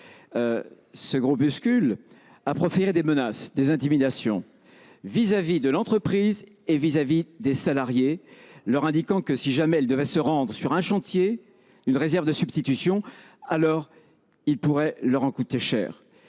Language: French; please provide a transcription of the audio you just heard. ce groupuscule a proféré des menaces et des intimidations vis à vis de l’entreprise et de ses salariés, leur faisant savoir que s’ils devaient se rendre sur un chantier ou une réserve de substitution, il pourrait leur en coûter cher.